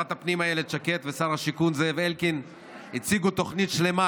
שרת הפנים אילת שקד ושר השיכון זאב אלקין הציגו תוכנית שלמה,